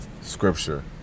scripture